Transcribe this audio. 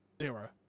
zero